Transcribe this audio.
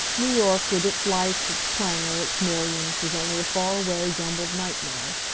new york, with its lights, its clangor, its millions, was only a far-away, jumbled nightmare.